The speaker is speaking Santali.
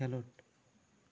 ᱠᱷᱮᱞᱳᱰ